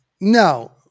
No